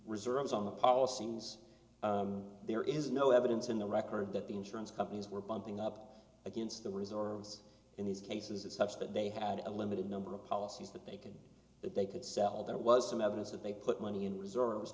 reserves on the policies there is no evidence in the record that the insurance companies were bumping up against the reserves in these cases it's such that they had a limited number of policies that they could that they could sell there was some evidence that they put money in reserves